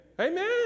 Amen